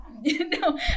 no